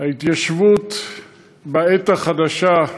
ההתיישבות בעת החדשה,